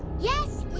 yes,